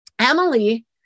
Emily